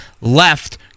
left